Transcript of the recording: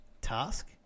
task